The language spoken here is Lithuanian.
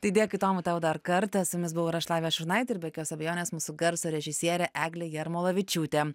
tai dėkui tomai tau dar kartą su jumis buvau ir aš lavija šurnaitė ir be jokios abejonės mūsų garso režisierė eglė jarmolavičiūtė